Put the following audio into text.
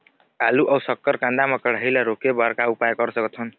आलू अऊ शक्कर कांदा मा कढ़ाई ला रोके बर का उपाय कर सकथन?